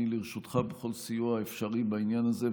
אני לרשותך בכל סיוע אפשרי בעניין הזה,